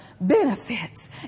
benefits